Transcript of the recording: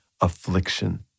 affliction